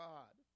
God